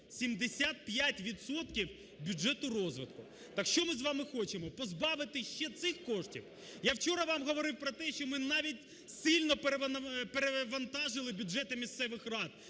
бюджету розвитку. Так що ми з вами хочемо позбавити ще цих коштів? Я вчора вам говорив про те, що ми навіть сильно перевантажили бюджети місцевих рад,